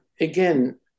again